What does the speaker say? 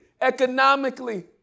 economically